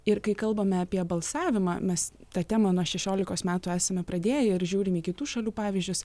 ir kai kalbame apie balsavimą mes tą temą nuo šešiolikos metų esame pradėję ir žiūrime į kitų šalių pavyzdžius